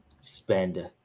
spend